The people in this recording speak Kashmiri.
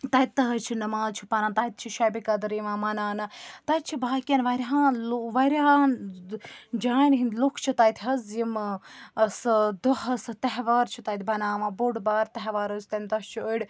تَتہِ تہِ حظ چھِ نماز چھِ پَران تَتہِ چھِ شَبِ قدٕر یِوان مَناونہٕ تَتہِ چھِ باقٕیَن واریاہَن لو واریاہَن جایَن ہنٛدۍ لوٗکھ چھِ تَتہِ حظ یِم ٲں سُہ دۄہ حظ سُہ تہوار چھِ تَتہِ بَناوان بوٚڑ بارٕ تہوار حظ تَمہِ دۄہ چھِ أڑۍ